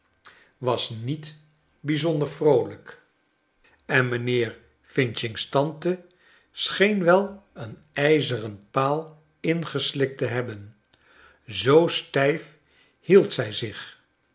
was kleine dorrit niet bijzonder vroolrjk en mijnheer f's tante scheen wel een ijzeren paal ingeslikt te hebben zoo stijf hield zij zich